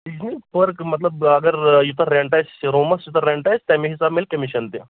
بیٚیہِ گوٚو پٔرٕک مطلب اَگر یوٗتاہ رینٹ آسہِ رومَس تیوٗتاہ رینٹ آسہِ تَمہِ حِسابہٕ میلہِ کٔمِشن